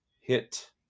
hit